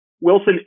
Wilson